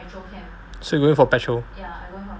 so you going for petrol